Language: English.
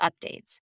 updates